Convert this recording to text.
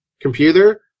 computer